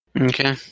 Okay